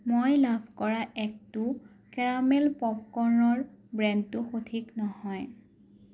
মই লাভ কৰা এক্ টু কেৰামেল পপকৰ্নৰ ব্ৰেণ্ডটো সঠিক নহয়